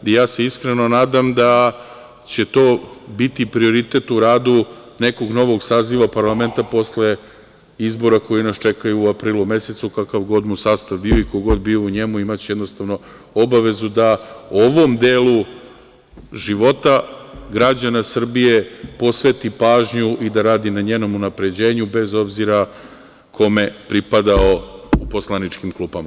Ja se iskreno nadam da će to biti prioritet u radu nekog novog saziva parlamenta posle izbora koji nas čekaju u aprilu mesecu kakav god mu sastav bio i ko god bio u njemu imaće jednostavno obavezu da ovom delu života građana Srbije posveti pažnju i da radi na njenom unapređenju bez obzira kome pripadao u poslaničkim klupama.